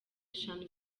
eshanu